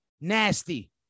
Nasty